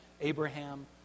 Abraham